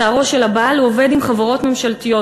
לצערו של הבעל הוא עובד עם חברות ממשלתיות.